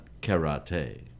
karate